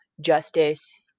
justice